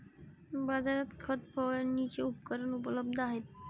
बाजारात खत फवारणीची उपकरणे उपलब्ध आहेत